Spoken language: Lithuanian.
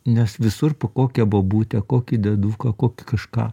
nes visur po kokią bobutę kokį dieduką kažką